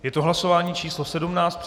Je to hlasování číslo 17.